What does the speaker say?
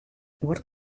what